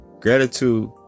Gratitude